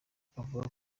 akavuga